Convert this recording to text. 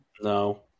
No